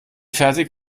fertig